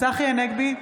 צחי הנגבי,